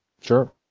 Sure